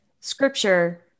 scripture